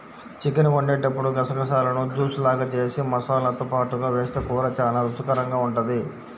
chicken వండేటప్పుడు గసగసాలను juice లాగా జేసి మసాలాతో పాటుగా వేస్తె కూర చానా రుచికరంగా ఉంటది